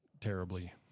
terribly